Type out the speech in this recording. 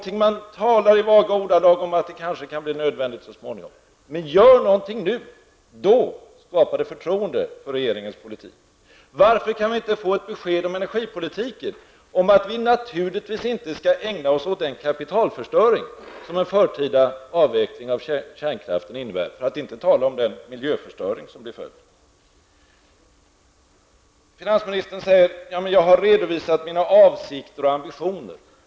I vaga ordalag talar man om att det kanske så småningom kan bli nödvändigt. Gör någonting nu! Det skulle skapa förtroende för regeringens politik. Varför kan vi inte få ett besked om energipolitiken? Naturligtvis skall vi inte ägna oss åt den kapitalförstöring som en förtida avveckling av kärnkraften innebär, för att inte tala om den miljöförstöring som blir följden. Finansministern säger att han har redovisat sina avsikter och ambitioner.